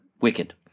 wicked